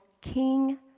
king